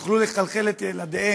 הם יוכלו לכלכל את ילדיהם